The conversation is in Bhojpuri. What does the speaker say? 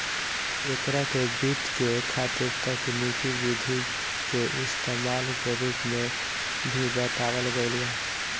एकरा के वित्त के खातिर तकनिकी विधि के इस्तमाल के रूप में भी बतावल गईल बा